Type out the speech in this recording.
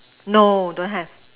no don't have